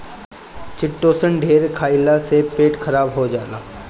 chitosan ढेर खईला से पेट खराब हो जाला